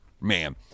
Man